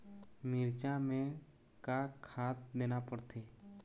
मिरचा मे का खाद देना पड़थे?